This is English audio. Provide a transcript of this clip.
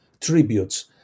tributes